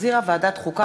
שהחזירה ועדת החוקה,